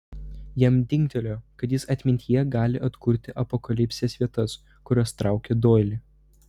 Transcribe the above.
jam dingtelėjo kad jis atmintyje gali atkurti apokalipsės vietas kurios traukė doilį